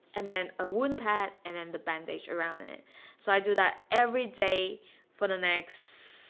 and then a wooden pad, and then the bandage around it so i do that every day for the next.